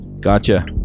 gotcha